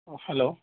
hello